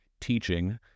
teaching